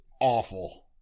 awful